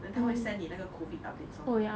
then 它会 send 你那个 COVID updates lor